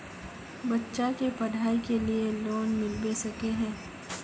बच्चा के पढाई के लिए लोन मिलबे सके है?